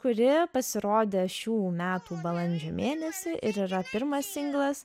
kuri pasirodė šių metų balandžio mėnesį ir yra pirmas singlas